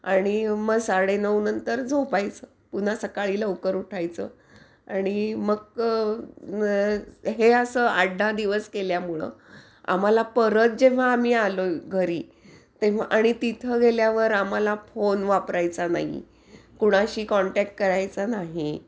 आणि मग साडेनऊ नंतर झोपायचं पुन्हा सकाळी लवकर उठायचं आणि मग हे असं आठ दहा दिवस केल्यामुळं आम्हाला परत जेव्हा आम्ही आलो घरी तेव्हा आणि तिथं गेल्यावर आम्हाला फोन वापरायचा नाही कुणाशी कॉन्टॅक्ट करायचा नाही